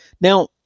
Now